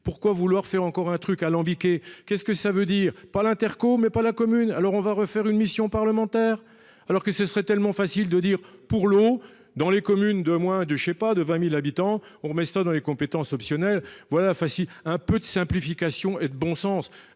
pourquoi vouloir faire encore un truc alambiquée qu'est-ce que ça veut dire pas l'Interco mais pas la commune. Alors on va refaire une mission parlementaire. Alors que ce serait tellement facile de dire pour l'eau dans les communes de moins de je sais pas de 20.000 habitants, on remet ça dans les compétences optionnelles voilà enfin si, un peu de simplification et de bon sens.